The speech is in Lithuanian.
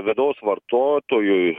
vidaus vartotojui